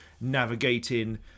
navigating